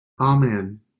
Amen